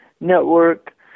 network